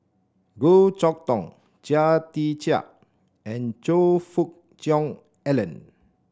Goh Chok Tong Chia Tee Chiak and Choe Fook Cheong Alan